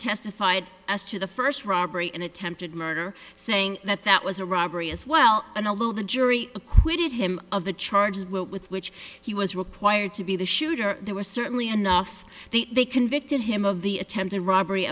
testified as to the first robbery and attempted murder saying that that was a robbery as well and although the jury acquitted him of the charges what with which he was required to be the shooter there were certainly enough they convicted him of the attempted robbery